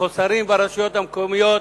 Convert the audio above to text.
החוסרים ברשויות המקומיות